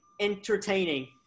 entertaining